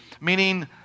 meaning